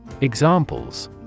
Examples